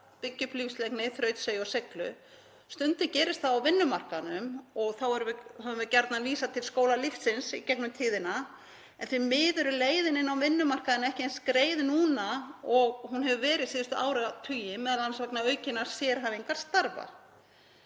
byggja upp lífsleikni, þrautseigju og seiglu. Stundum gerist það á vinnumarkaðnum og þá höfum við gjarnan vísað til skóla lífsins í gegnum tíðina. Því miður er leiðin inn á vinnumarkaðinn ekki eins greið núna og hún hefur verið síðustu áratugi, m.a. vegna aukinnar sérhæfingar starfa.